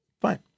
Fine